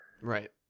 Right